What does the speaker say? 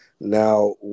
Now